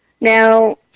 Now